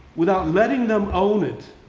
without letting them own it.